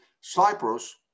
Cyprus